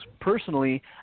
personally